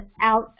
out